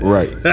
Right